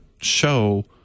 show